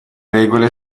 regole